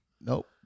Nope